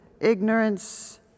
ignorance